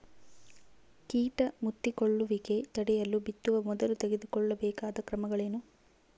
ಕೇಟ ಮುತ್ತಿಕೊಳ್ಳುವಿಕೆ ತಡೆಯಲು ಬಿತ್ತುವ ಮೊದಲು ತೆಗೆದುಕೊಳ್ಳಬೇಕಾದ ಕ್ರಮಗಳೇನು?